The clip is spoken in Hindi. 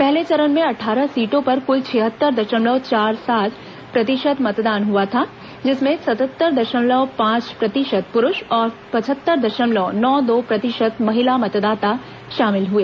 पहले चरण में अट्ठारह सीटों पर कुल छिहत्तर दशमलव चार सात प्रतिशत मतदान हुआ था जिसमें सतहत्तर दशमलव पांच प्रतिशत पुरष और पचहत्तर दशमलव नौ दो प्रतिशत महिला मतदाता शामिल हुए